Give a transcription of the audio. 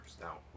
now